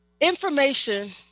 Information